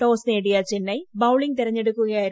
toss നേടിയ Chennai bowling തിരഞ്ഞെടുക്കുകയായിരുന്നു